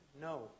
No